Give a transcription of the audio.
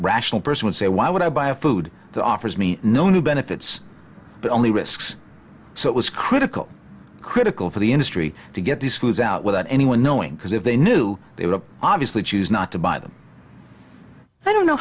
rational person would say why would i buy a food that offers me no only benefits the only risks so it was critical critical for the industry to get these foods out without anyone knowing because if they knew they were obviously choose not to buy them i don't know